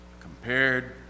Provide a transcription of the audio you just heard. compared